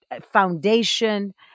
Foundation